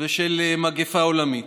ושל מגפה עולמית.